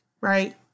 right